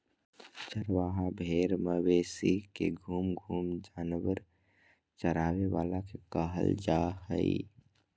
चरवाहा भेड़ मवेशी के घूम घूम जानवर चराबे वाला के कहल जा हइ